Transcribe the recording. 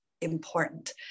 important